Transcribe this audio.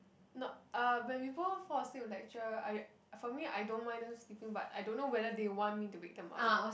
not uh when people fall asleep in lecture I for me I don't mind them sleeping but I don't know whether they want me to wake them up